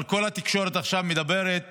אבל כל התקשורת עכשיו מדברת